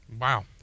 wow